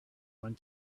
went